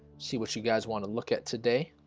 see what you guys want to look at today?